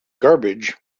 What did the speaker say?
garbage